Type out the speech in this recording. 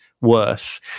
worse